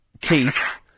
Keith